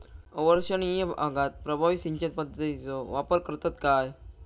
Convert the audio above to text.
अवर्षणिय भागात प्रभावी सिंचन पद्धतीचो वापर करतत काय?